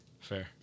Fair